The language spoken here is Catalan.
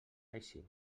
així